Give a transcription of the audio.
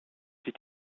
sich